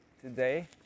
today